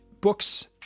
books